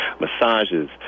massages